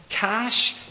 Cash